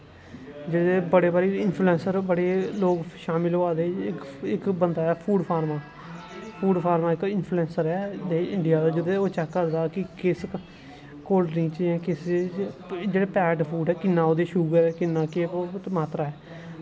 जेह्ड़े बड़े बड़े इंफ्लुएंसर लोग बड़े शामिल होआ दे इक बंदा ऐ फूड फार्मा फूड फार्मा इक इंफ्लुएंसर ऐ इंडिया च ओह् चैक्क करदा कि कोल्ड ड्रिंक च किस जेह्ड़े पैक्ड फूड ऐ किन्ना ओह्दे च शुगर ऐ किन्ना केह् मात्रा ऐ